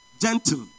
gentle